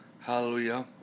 Hallelujah